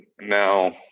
now